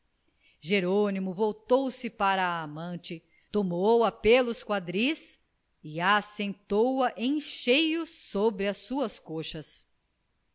jerônimo voltou-se para a amante tomou-a pelos quadris e assentou a em cheio sobre as suas coxas